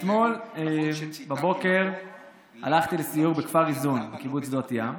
אתמול בבוקר הלכתי לסיור בכפר איזון בקיבוץ שדות ים.